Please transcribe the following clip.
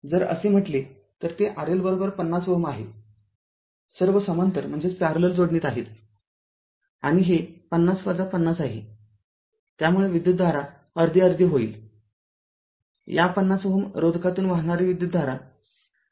जर असे म्हटले तर ते R L ५० Ω आहे सर्व समांतर जोडणीत आहेत आणि हे ५० ५० आहे त्यामुळे विद्युतधारा अर्धी अर्धी होईल या ५० Ω रोधकातून वाहणारी विद्युतधारा १